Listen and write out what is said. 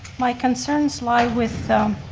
my concerns lie with.